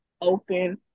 open